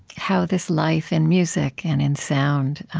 how this life in music and in sound,